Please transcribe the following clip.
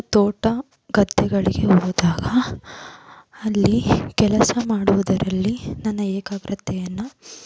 ನಾನು ತೋಟ ಗದ್ದೆಗಳಿಗೆ ಹೋದಾಗ ಅಲ್ಲಿ ಕೆಲಸ ಮಾಡುವುದರಲ್ಲಿ ನನ್ನ ಏಕಾಗ್ರತೆಯನ್ನು